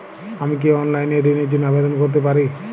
আমি কি অনলাইন এ ঋণ র জন্য আবেদন করতে পারি?